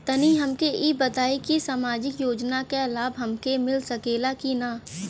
तनि हमके इ बताईं की सामाजिक योजना क लाभ हमके मिल सकेला की ना?